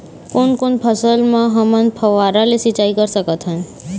कोन कोन फसल म हमन फव्वारा ले सिचाई कर सकत हन?